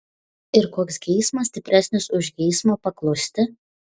ir koks geismas stipresnis už geismą paklusti